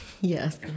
Yes